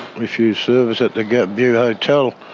refused service at the gap view hotel.